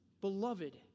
Beloved